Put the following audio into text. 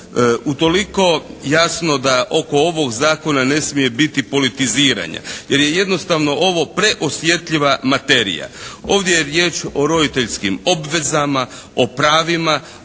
Utoliko jasno da oko ovog Zakona ne smije biti politiziranja jer je jednostavno ovo preosjetljiva materija. Ovdje je riječ o roditeljskim obvezama, o pravima,